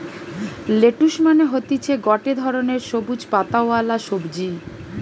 lettuce মানে হতিছে গটে ধরণের সবুজ পাতাওয়ালা সবজি